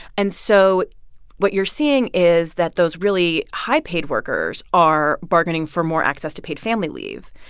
and so what you're seeing is that those really high-paid workers are bargaining for more access to paid family leave,